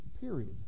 period